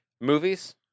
Movies